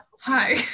Hi